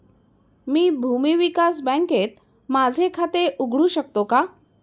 मी भूमी विकास बँकेत माझे खाते उघडू शकतो का?